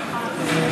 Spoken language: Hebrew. אמרת?